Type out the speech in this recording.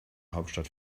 hauptstadt